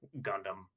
Gundam